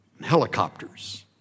Helicopters